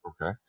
Okay